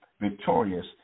victorious